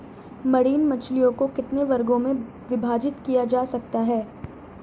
Marine मछलियों को कितने वर्गों में विभाजित किया जा सकता है?